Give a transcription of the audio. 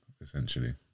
essentially